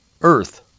Earth